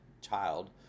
child